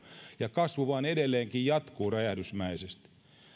ja kasvu vain edelleenkin jatkuu räjähdysmäisesti